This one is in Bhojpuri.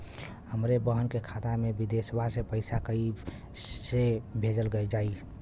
हमरे बहन के खाता मे विदेशवा मे पैसा कई से भेजल जाई?